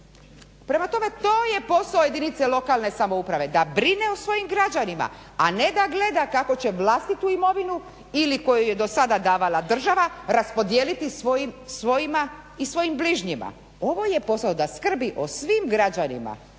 Prema tome, to je posao jedinice lokalne samouprave da brine o svojim građanima, a ne da gleda kako će vlastitu imovinu ili koju je do sada davala država raspodijelit svojima i svojim bližnjima. Ovo je posao da skrbi o svim građanima.